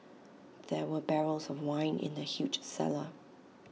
there were barrels of wine in the huge cellar